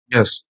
Yes